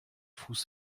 fuß